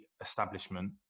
establishment